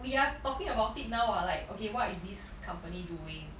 we are talking about it now ah like okay what is this company doing